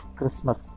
Christmas